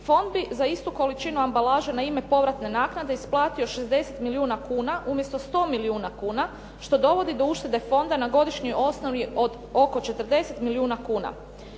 fond bi za istu količinu ambalaže na ime povratne naknade isplatio 60 milijuna kuna umjesto 100 milijuna kuna što dovodi do uštede fonda na godišnjoj osnovi od oko 40 milijuna kuna.